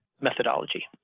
methodology